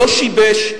לא שיבש,